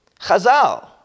chazal